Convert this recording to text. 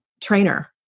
trainer